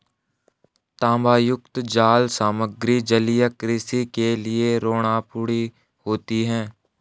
तांबायुक्त जाल सामग्री जलीय कृषि के लिए रोगाणुरोधी होते हैं